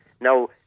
Now